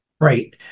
Right